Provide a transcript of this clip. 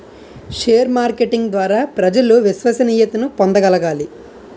share marketing ద్వారా ప్రజలు విశ్వసనీయతను పొందగలగాలి